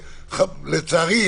ולצערי,